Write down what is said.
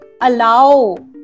allow